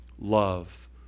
love